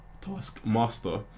Taskmaster